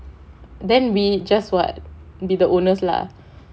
then we just what be the owners lah